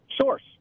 Source